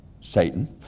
Satan